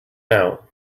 now